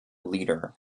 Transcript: leader